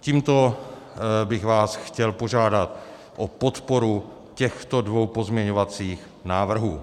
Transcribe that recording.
Tímto bych vás chtěl požádat o podporu těchto dvou pozměňovacích návrhů.